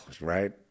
right